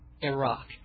Iraq